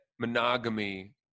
monogamy